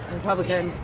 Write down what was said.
republican.